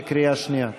בקריאה שנייה.